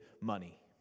money